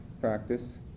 practice